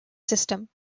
system